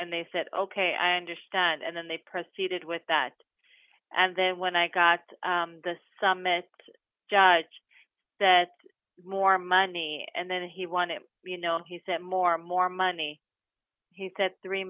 and they said ok i understand and then they proceeded with that and then when i got this summit that more money and then he wanted you know he said more more money he said three